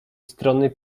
strony